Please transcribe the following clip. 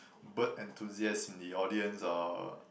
bird enthusiast in the audience or